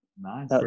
Nice